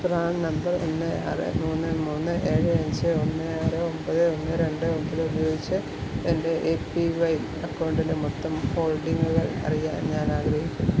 PRAN number ഒന്ന് ആറ് മൂന്ന് മൂന്ന് എഴ് അഞ്ച് ഒന്ന് ആറ് ഒമ്പത് ഒന്ന് രണ്ട് ഒമ്പത് പൂജ്യം എൻ്റെ എ പി വൈ അക്കൗണ്ടിലെ മൊത്തം ഹോൾഡിംഗുകൾ അറിയാൻ ഞാൻ ആഗ്രഹിക്കുന്നു